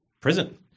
prison